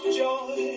joy